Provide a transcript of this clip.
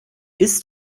ist